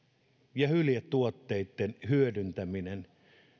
ja hyljetuotteitten hyödyntäminen